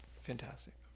fantastic